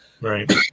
Right